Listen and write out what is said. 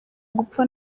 gupfa